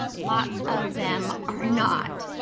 lots of them are not,